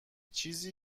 چیزی